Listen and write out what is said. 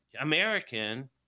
American